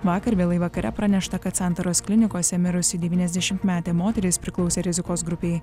vakar vėlai vakare pranešta kad santaros klinikose mirusi devyniasdešimtmetė moteris priklausė rizikos grupei